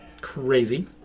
crazy